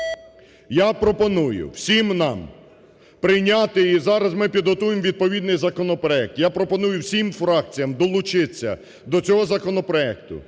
Я пропоную всім нам прийняти і зараз ми підготуємо відповідний законопроект, я пропоную всім фракціям долучитися до цього законопроекту,